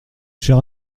cher